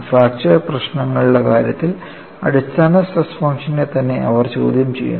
fracture പ്രശ്നങ്ങളുടെ കാര്യത്തിൽ അടിസ്ഥാന സ്ട്രെസ് ഫംഗ്ഷനെ തന്നെ അവർ ചോദ്യം ചെയ്യുന്നു